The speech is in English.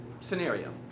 scenario